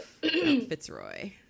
Fitzroy